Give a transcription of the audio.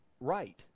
right